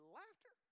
laughter